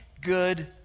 good